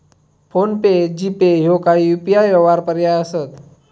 phone पे, GPay ह्यो काही UPI व्यवहार पर्याय असत